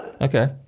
okay